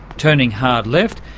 turning hard left,